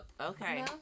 okay